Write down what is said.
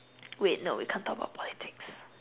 wait no we can't talk about politics